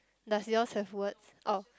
does yours have words oh